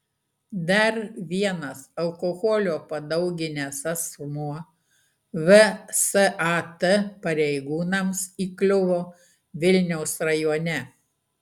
dar vienas alkoholio padauginęs asmuo vsat pareigūnams įkliuvo vilniaus rajone